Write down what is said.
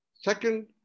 Second